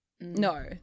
No